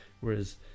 whereas